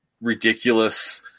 ridiculous